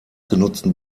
genutzten